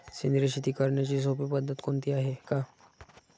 सेंद्रिय शेती करण्याची सोपी पद्धत कोणती आहे का?